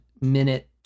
minute